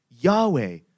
Yahweh